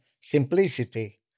Simplicity